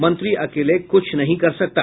मंत्री अकेले कुछ नहीं कर सकता